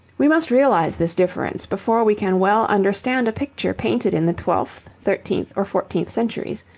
we must realise this difference before we can well understand a picture painted in the twelfth, thirteenth, or fourteenth centuries,